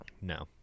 No